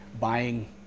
buying